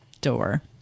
door